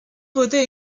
wurde